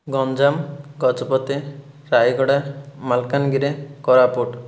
Ganjam Gajapati Rayagada Malkangiri Koraput